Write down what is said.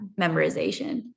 memorization